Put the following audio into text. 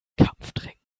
kampftrinken